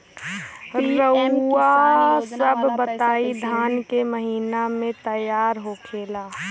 रउआ सभ बताई धान क महीना में तैयार होखेला?